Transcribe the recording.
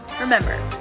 remember